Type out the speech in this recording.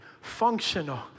functional